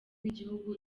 w’igihugu